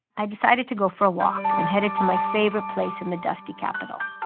i decided to go for a walk and headed to my favorite place in the dusty capital,